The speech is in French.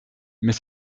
mais